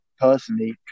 personally